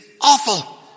awful